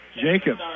Jacob